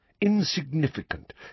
insignificant